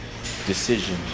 decision